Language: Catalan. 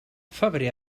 febrer